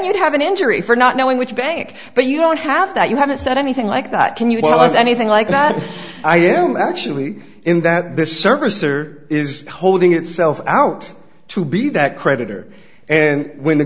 you'd have an injury for not knowing which bank but you don't have that you haven't said anything like that can you tell us anything like that i am actually in that this service or is holding itself out to be that creditor and when the